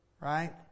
right